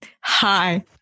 Hi